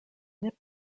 bit